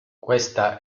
questa